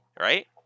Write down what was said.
right